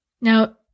Now